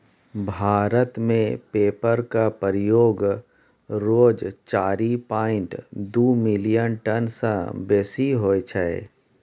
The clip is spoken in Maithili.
भारत मे पेपरक प्रयोग रोज चारि पांइट दु मिलियन टन सँ बेसी होइ छै